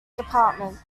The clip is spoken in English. department